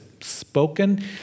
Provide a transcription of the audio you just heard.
spoken